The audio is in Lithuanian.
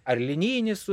ar linijinis